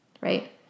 right